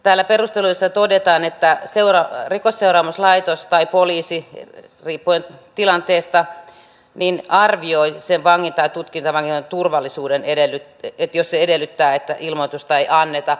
täällä perusteluissa todetaan että rikosseuraamuslaitos tai poliisi riippuen tilanteesta arvioi sen vangin tai tutkintavangin turvallisuuden ja sen jos se edellyttää että ilmoitusta ei anneta